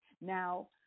Now